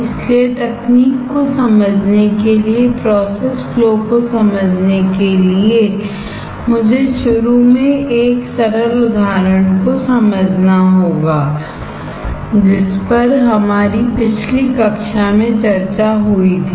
इसलिए तकनीक को समझने के लिए प्रोसेस फ्लो को समझने के लिए मुझे शुरू में एक सरल उदाहरण को समझना होगा जिस पर हमारी पिछली कक्षा में चर्चा हुई थी